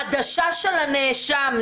חדשה של הנאשם,